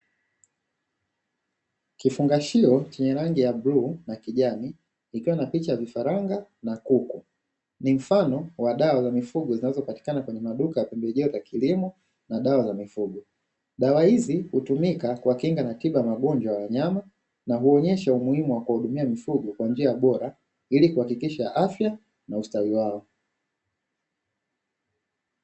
Kifungashio chenye rangi ya bluu na kijani, kikiwa na picha ya vifaranga na kuku. Ni mfano wa dawa za mifugo zinazopatikana kwenye maduka ya pembejeo za kilimo na dawa za mifugo. Dawa hizi hutumika kwa kinga na tiba ya magonjwa ya wanyama, na huonyesha umuhimu wa kuwahudumia vizuri kwa njia bora ili kuhakikisha afya na ustawi wao.